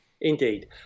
indeed